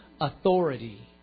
authority